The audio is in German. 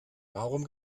warum